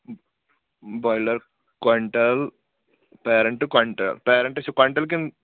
boiler quintal پیرَنٹہٕ quintal parents چھِ quintal کِنہٕ